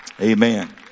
Amen